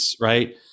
right